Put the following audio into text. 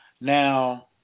Now